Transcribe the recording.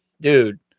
dude